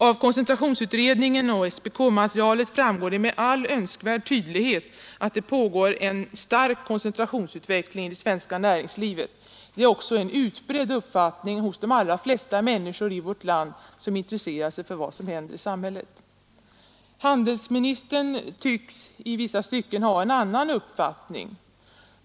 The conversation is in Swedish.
Av koncentrationsutredningen och SPK-materialet framgår det med all önskvärd tydlighet att det pågår en stark koncentrationsutveckling i det svenska näringslivet. Det är också en utbredd uppfattning hos de allra flesta människor i vårt land som intresserar sig för vad som händer i samhället. Handelsministern tycks i vissa stycken ha en annan uppfattning.